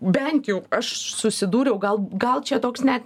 bent jau aš susidūriau gal gal čia toks net